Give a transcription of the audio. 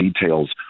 details